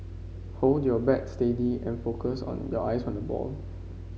hold your bat steady and focus on your eyes on the ball